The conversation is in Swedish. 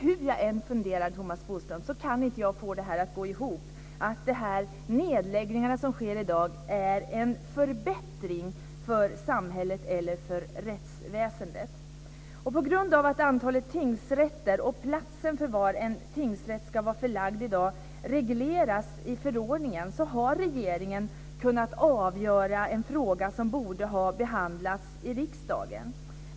Hur jag än funderar, Thomas Bodström, kan jag inte få det att gå ihop att de nedläggningar som sker i dag är en förbättring för samhället eller för rättsväsendet. På grund av att antalet tingsrätter och platsen där en tingsrätt ska vara förlagd i dag regleras i förordningen har regeringen kunnat avgöra en fråga som borde ha behandlats i riksdagen.